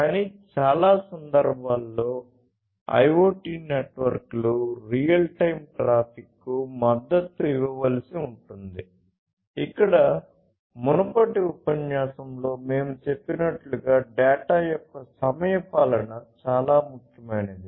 కానీ చాలా సందర్భాల్లో IoT నెట్వర్క్లు రియల్ టైమ్ ట్రాఫిక్కు మద్దతు ఇవ్వవలసి ఉంటుంది ఇక్కడ మునుపటి ఉపన్యాసంలో మేము చెప్పినట్లుగా డేటా యొక్క సమయపాలన చాలా ముఖ్యమైనది